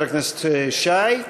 חבר הכנסת שי,